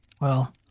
Well